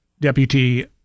Deputy